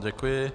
Děkuji.